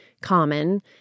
common